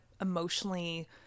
emotionally